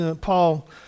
Paul